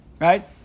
Right